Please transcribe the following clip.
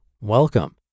Welcome